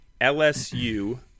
LSU